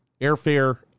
airfare